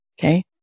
okay